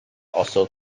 also